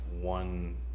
one